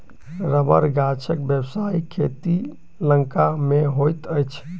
रबड़ गाछक व्यवसायिक खेती लंका मे होइत अछि